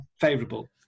favourable